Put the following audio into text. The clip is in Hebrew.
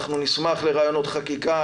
אנחנו נשמח לרעיונות חקיקה,